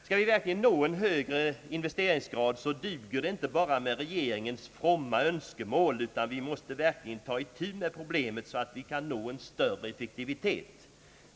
Skall vi verkligen nå en högre investeringsgrad så duger det inte bara med regeringens fromma önskemål, utan vi måste verkligen ta itu med problemet så att vi kan nå större effektivitet.